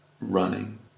running